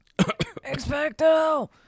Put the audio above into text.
expecto